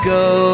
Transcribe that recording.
go